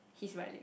his right leg